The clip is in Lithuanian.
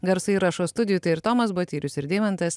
garso įrašų studijų tai ir tomas ir deimantas